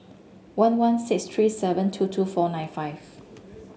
one one six three seven two two four nine five